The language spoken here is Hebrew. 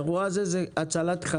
האירוע הזה הוא הצלת חיים.